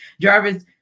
Jarvis